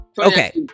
okay